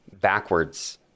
backwards